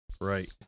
Right